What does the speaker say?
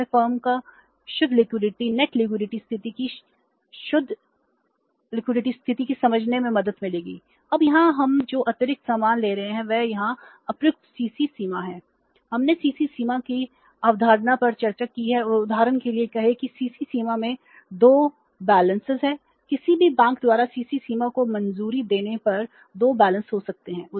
हमने CC सीमा की अवधारणा पर चर्चा की है और उदाहरण के लिए कहें कि CC सीमा में 2 शेष हो सकते हैं